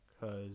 cause